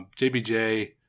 JBJ